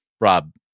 Rob